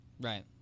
Right